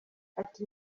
ati